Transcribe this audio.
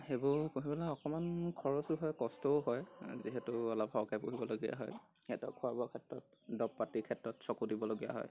সেইবোৰ পুহিবলৈ অকমান খৰচো হয় কষ্টও হয় যিহেতু অলপ সৰহকৈ পুহিবলগীয়া হয় সিহঁতক খোৱা বোৱাৰ ক্ষেত্ৰত দৰৱ পাতিৰ ক্ষেত্ৰত চকু দিবলগীয়া হয়